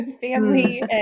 family